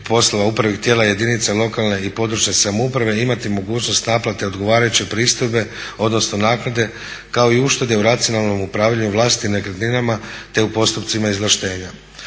poslova upravnih tijela jedinica lokalne i područne samouprave imati mogućnost naplate odgovarajuće pristojbe odnosno naknade kao i uštede u racionalnom upravljanju vlastitim nekretninama te u postupcima izvlaštenja.